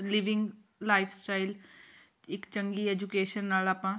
living life style ਇੱਕ ਚੰਗੀ education ਨਾਲ ਆਪਾਂ